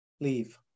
leave